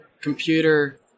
computer